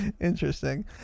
Interesting